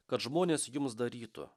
kad žmonės jums darytų